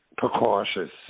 precautious